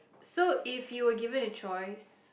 so if you were given a choice